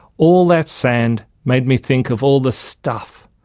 all that sand made me think of all the stuff,